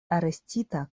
arestita